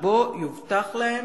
שבו יובטח להם